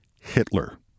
Hitler